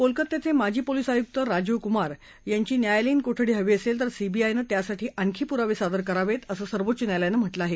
कोलकत्याचे माजी पोलीस आयुक्त राजीव कुमार यांची न्यायालयीन कोठडी हवी असेल तर सीबाआयनं त्यासाठी आणखी पुरावे सादर करावेत असं सर्वोच्च न्यायालयानं म्हटलं आहे